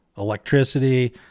Electricity